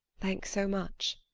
thanks so much.